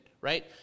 right